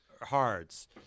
Hards